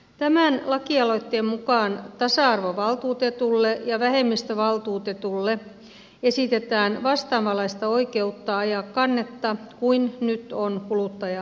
tämän lakialoitteen mukaan tasa arvovaltuutetulle ja vähemmistövaltuutetulle esitetään vastaavanlaista oikeutta ajaa kannetta kuin nyt on kuluttaja asiamiehellä